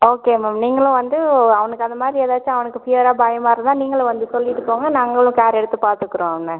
okay ma'am நீங்களும் வந்து அவனுக்கு அந்த மாதிரி ஏதாச்சும் அவனுக்கு ஃபியராக பயமாக இருந்தால் நீங்களும் வந்து சொல்லிவிட்டு போங்க நாங்களும் கேர் எடுத்து பார்த்துக்குறோம் அவனை